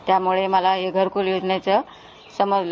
त्यामुळे मला घरकुल योजनेचं समजलं